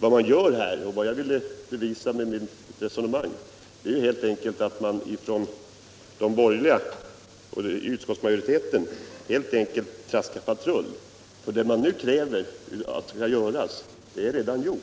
på området. Vad jag med mitt resonemang ville visa var helt enkelt att de borgerliga och utskottsmajoriteten traskar patrullo. Det som utskottet nu kräver skall göras är allaredan gjort.